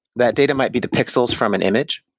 that data might be the pixels from an image,